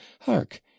hark